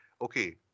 okay